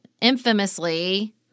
infamously